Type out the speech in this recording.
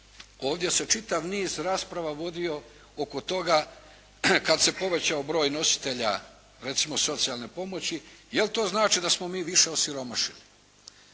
ovdje se čitav niz rasprava vodio oko toga kad se povećao broj nositelja recimo socijalne pomoći, jel' to znači da smo mi više osiromašili?